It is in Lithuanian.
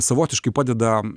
savotiškai padeda